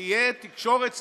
תהיה תקשורת סלולרית,